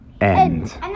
end